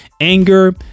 anger